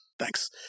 Thanks